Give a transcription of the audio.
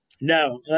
No